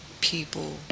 people